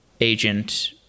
agent